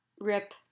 rip